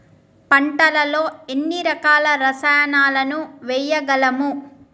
పంటలలో ఎన్ని రకాల రసాయనాలను వేయగలము?